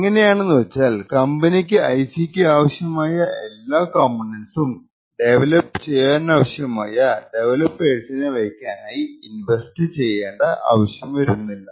എങ്ങനെയാണെന്ന് വച്ചാൽ കമ്പനിക്ക് ഐസിക്കു ആവശ്യമായ എല്ലാ കംപോണേന്റ്സും ഡെവലപ്പ് ചെയ്യാനാവശ്യമായ ഡെവലപ്പേഴ്സിനെ വെക്കാനായി ഇൻവെസ്റ്റ് ചെയ്യേണ്ടി വരുന്നില്ല